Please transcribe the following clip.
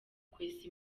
kwesa